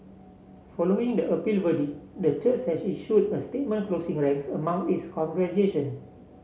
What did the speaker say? following the appeal verdict the church has issued a statement closing ranks among its congregation